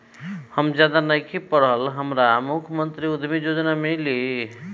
हम ज्यादा नइखिल पढ़ल हमरा मुख्यमंत्री उद्यमी योजना मिली?